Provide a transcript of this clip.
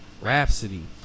Rhapsody